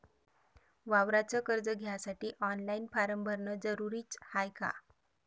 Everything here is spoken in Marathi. वावराच कर्ज घ्यासाठी ऑनलाईन फारम भरन जरुरीच हाय का?